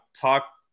talk